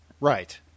Right